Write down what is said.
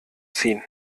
ziehen